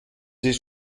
ist